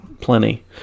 plenty